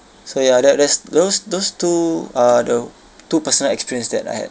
so ya that that's those those two are the two personal experience that I had